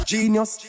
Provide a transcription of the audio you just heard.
Genius